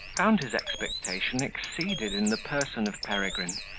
found his expectation exceeded in the person of peregrine,